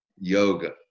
yoga